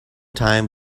time